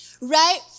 right